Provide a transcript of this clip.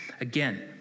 again